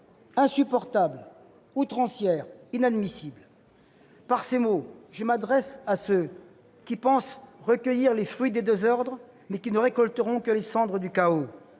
insupportables, outrancières et inadmissibles ! Par ces mots, je m'adresse à ceux qui, pensant recueillir les fruits du désordre, ne récolteront que les cendres du chaos.